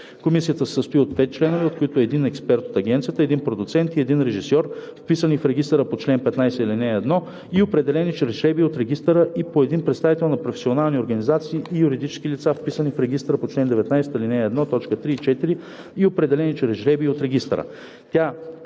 Комисията се състои от 5 членове, от които – един експерт от агенцията, един продуцент и един режисьор, вписани в регистъра по чл. 15, ал. 1 и определени чрез жребий от регистъра, и по един представител на професионални организации и юридически лица, вписани в регистъра по чл. 19, ал. 1, т. 3 и 4 и определени чрез жребий от регистъра.